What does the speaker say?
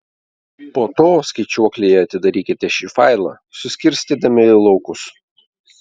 po to skaičiuoklėje atidarykite šį failą suskirstydami į laukus